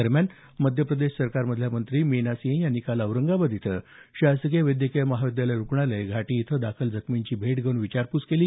दरम्यान मध्यप्रदेश सरकारमधल्या मंत्री मीना सिंह यांनी काल औरंगाबाद इथं शासकीय वैद्यकीय महाविद्यालय रुग्णालय घाटी इथं दाखल जखमींची भेट घेऊन विचारपूस केली